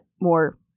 more